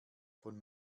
von